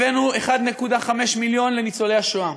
הבאנו 1.5 מיליון לניצולי השואה,